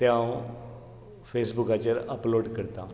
ते हांव फेसबूकाचेर अपलोड करतां